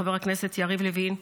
חבר הכנסת יריב לוין,